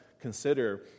consider